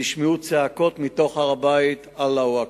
נשמעו מתוך הר-הבית קריאות "אללה הוא אכבר"